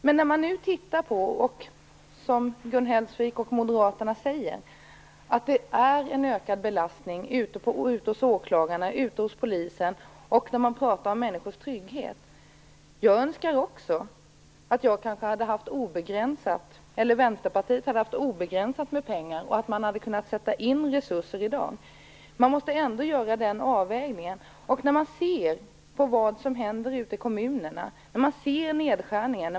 Det sker nu en ökad belastning hos åklagarna och polisen, vilket Gun Hellsvik och Moderaterna säger, och det talas om människors trygghet. Jag önskar också att Vänsterpartiet hade haft obegränsat med pengar, så att man hade kunnat sätta in resurser i dag. Men man måste ändå göra en avvägning. Man ser vad som händer ute i kommunerna när det sker nedskärningar.